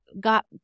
got